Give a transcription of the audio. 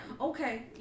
Okay